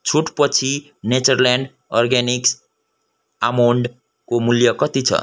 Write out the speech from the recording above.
छुट पछि Natureland organics आमोन्डको मूल्य कति छ